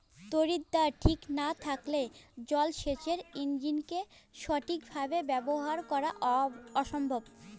তড়িৎদ্বার ঠিক না থাকলে জল সেচের ইণ্জিনকে সঠিক ভাবে ব্যবহার করা অসম্ভব